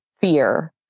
fear